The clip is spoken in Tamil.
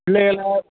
பிள்ளைகள்லாம்